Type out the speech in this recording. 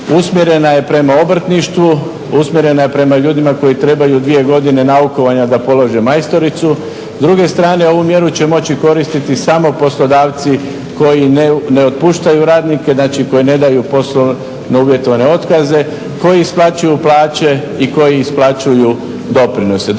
usmjerena je prema obrtništvu, usmjerena je prema ljudima koji trebaju dvije godine naukovanja da polože majstoricu. S druge strane, ovu mjeru će moći koristiti samo poslodavci koji ne otpuštaju radnike, znači koji ne daju poslovno uvjetovane otkaze, koji isplaćuju plaće i koji isplaćuju doprinose.